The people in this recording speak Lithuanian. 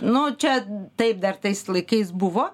nu čia taip dar tais laikais buvo